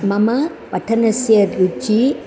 मम पठनस्य रुचिः